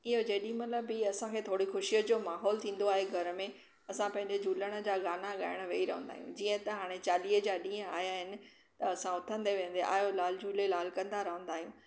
इहो जेॾीमहिल बि असांखे थोरी ख़ुशीअ जो माहोल थींदो आहे घर में असां पंहिंजे झूलण जा गाना ॻाइणु वेही रहंदा आहियूं जीअं त हाणे चालीह जा ॾींहुं आया आहिनि असां उथंदे वेहंदे आयो लाल झूलेलाल कंदा रहंदा आहियूं